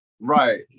Right